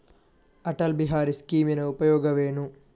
ಅಟಲ್ ಬಿಹಾರಿ ಸ್ಕೀಮಿನ ಉಪಯೋಗವೇನು?